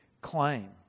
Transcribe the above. claim